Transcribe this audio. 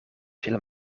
veel